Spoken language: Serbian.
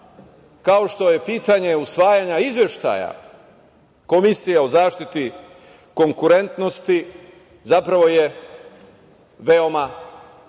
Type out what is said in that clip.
kao što je pitanje usvajanja izveštaja Komisije o zaštiti konkurentnosti, zapravo je veoma